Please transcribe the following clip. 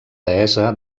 deessa